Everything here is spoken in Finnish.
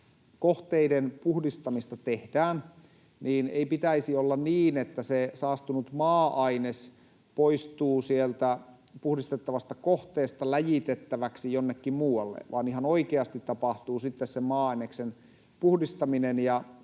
kohteiden puhdistamista tehdään, niin ei pitäisi olla niin, että se saastunut maa-aines poistuu sieltä puhdistettavasta kohteesta läjitettäväksi jonnekin muualle, vaan ihan oikeasti tapahtuu sitten sen maa-aineksen puhdistaminen, ja